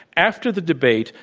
after the debate,